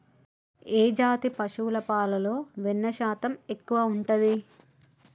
ఏ జాతి పశువుల పాలలో వెన్నె శాతం ఎక్కువ ఉంటది?